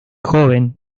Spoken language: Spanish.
joven